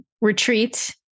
retreat